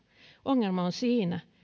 ongelma on siinä